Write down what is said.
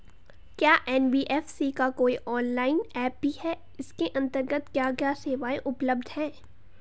क्या एन.बी.एफ.सी का कोई ऑनलाइन ऐप भी है इसके अन्तर्गत क्या क्या सेवाएँ उपलब्ध हैं?